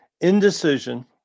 indecision